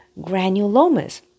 granulomas